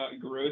growth